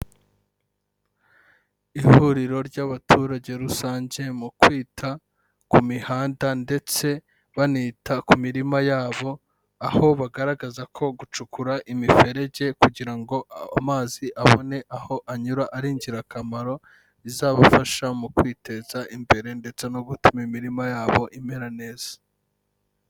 Ihuriro ry'abaturage rusange mu kwita ku mihanda ndetse banita ku mirima yabo, aho bagaragaza ko gucukura imiferege kugira ngo amazi abone aho anyura ari ingirakamaro, bizabafasha mu kwiteza imbere ndetse no gutuma imirima yabo imera neza.